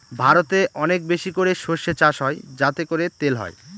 ভারতে অনেক বেশি করে সর্ষে চাষ হয় যাতে করে তেল হয়